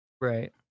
right